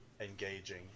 engaging